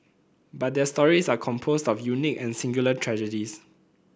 but their stories are composed of unique and singular tragedies